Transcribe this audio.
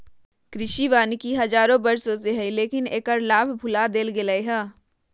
कृषि वानिकी हजारों वर्षों से हइ, लेकिन एकर लाभ भुला देल गेलय हें